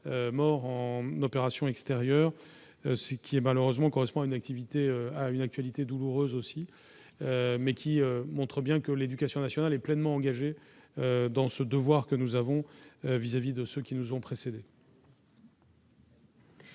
morts en opérations extérieures, ce qui est malheureusement correspond à une activité à une actualité douloureuse aussi, mais qui montre bien que l'éducation nationale est pleinement engagée dans ce devoir que nous avons vis-à-vis de ceux qui nous ont précédés.